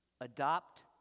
Adopt